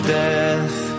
death